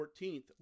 14th